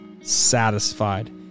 satisfied